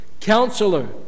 Counselor